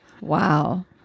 Wow